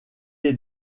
est